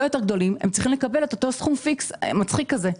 יותר גדולים הם צריכים לקבל אותו סכום פיקס מצחיק כזה.